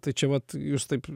tai čia vat jūs taip